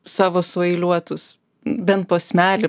savo sueiliuotus bent posmelį